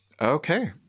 Okay